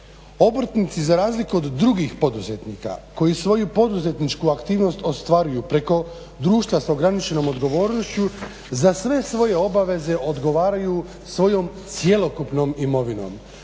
obrtnici za razliku od drugih poduzetnika koji svoju poduzetničku aktivnost ostvaruju preko društva s ograničenom odgovornošću za sve svoje obaveze odgovaraju svojom cjelokupnom imovinom.